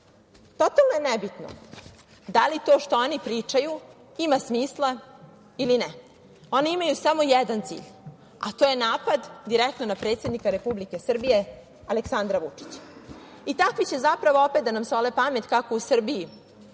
je nebitno da li to što oni pričaju ima smisla ili ne. Oni imaju samo jedan cilj, a to je napad direktno, na predsednika Republike Srbije Aleksandra Vučića. Takvi će zapravo opet da nam sole pamet kako u Srbiji